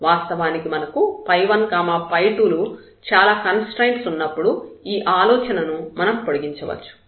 వాస్తవానికి మనకు 1 2 వంటి చాలా కన్స్ట్రయిన్స్ ఉన్నప్పుడు ఈ ఆలోచనను మనం పొడిగించవచ్చు